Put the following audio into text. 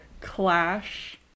clash